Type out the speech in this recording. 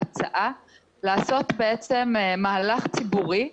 לעשות מהלך ציבורי,